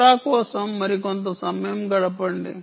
LoRa కోసం మరికొంత సమయం గడపండి